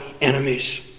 enemies